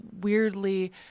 weirdly